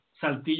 Saltillo